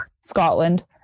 Scotland